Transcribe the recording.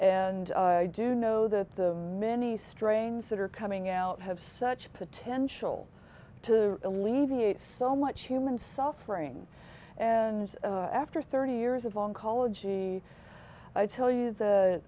and i do know that the many strains that are coming out have such potential to alleviate so much human suffering and after thirty years of oncology i tell you th